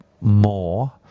more